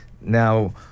now